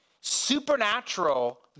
supernatural